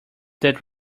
that